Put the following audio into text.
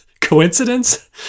Coincidence